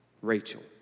Rachel